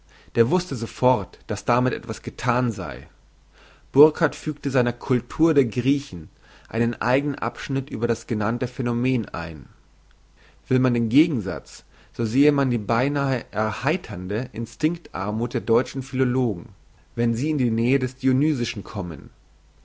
der wusste sofort dass damit etwas gethan sei burckhardt fügte seiner cultur der griechen einen eignen abschnitt über das genannte phänomen ein will man den gegensatz so sehe man die beinahe erheiternde instinkt armuth der deutschen philologen wenn sie in die nähe des dionysischen kommen